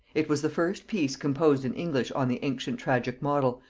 it was the first piece composed in english on the ancient tragic model,